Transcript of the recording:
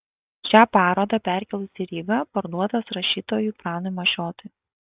šią parodą perkėlus į rygą parduotas rašytojui pranui mašiotui